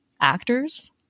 actors